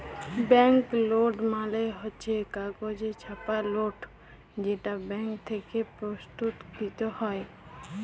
bank note মালে হচ্ছ কাগজে ছাপা লোট যেটা ব্যাঙ্ক থেক্যে প্রস্তুতকৃত হ্যয়